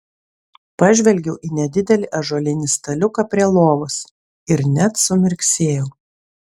pažvelgiau į nedidelį ąžuolinį staliuką prie lovos ir net sumirksėjau